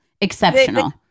exceptional